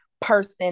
person